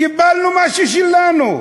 קיבלנו מה ששלנו,